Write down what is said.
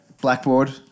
blackboard